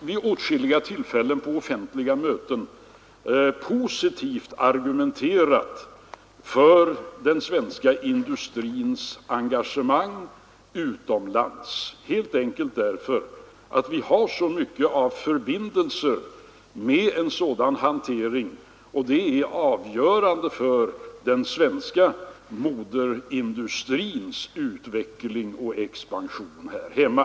Vid åtskilliga tillfällen har jag på offentliga möten positivt argumenterat för den svenska industrins engagemang utomlands, helt enkelt därför att vi har så många förbindelser med en sådan hantering att de är avgörande för den svenska moderindustrins utveckling och expansion här hemma.